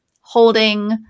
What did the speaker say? holding